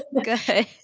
Good